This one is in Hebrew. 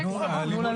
תנו לה לדבר.